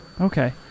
Okay